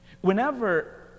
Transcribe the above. Whenever